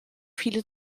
viele